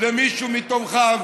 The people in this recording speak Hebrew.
למישהו מתומכיו,